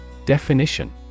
Definition